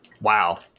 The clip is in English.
Wow